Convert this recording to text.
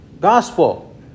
gospel